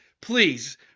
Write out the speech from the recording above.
please